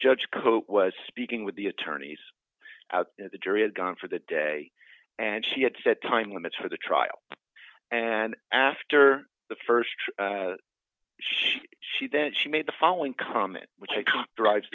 judge cote was speaking with the attorneys out the jury had gone for the day and she had said time limits for the trial and after the st she she then she made the following comment which i can drive